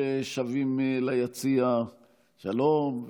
ששבים ליציע שלום,